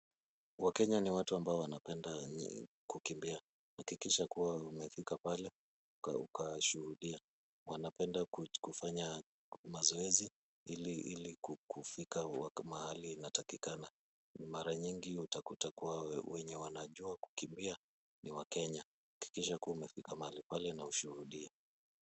Wakenya ni watu ambao wanapenda kukimbia. Hakikisha kuwa umefika pale ili ukashuhudia. Wanapenda kufanya mazoezi ili kufika mahali inatakikana. Mara nyingi utapata kuwa kukimbia ni wakenya. Hakikisha umefika mahali pale na ushuhudie.